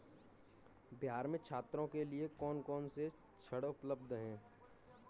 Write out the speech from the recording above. बिहार में छात्रों के लिए कौन कौन से ऋण उपलब्ध हैं?